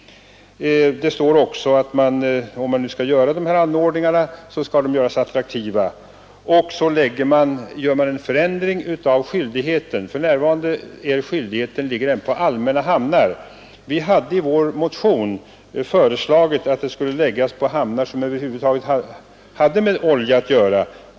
I betänkandet står också att om man skall ha sådana här anordningar skall de göras attraktiva. Dessutom föreslår man en förändring av skyldigheten, som för närvarande endast ligger på vissa allmänna hamnar. Vi hade i vår motion föreslagit att skyldigheten skulle läggas på hamnar som över huvud taget hade med olja att göra.